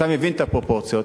אתה מבין את הפרופורציות.